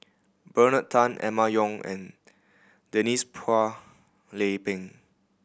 Bernard Tan Emma Yong and Denise Phua Lay Peng